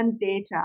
data